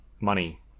money